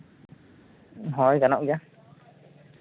ᱦᱳᱭ ᱜᱟᱱᱚᱜ ᱜᱮᱭᱟ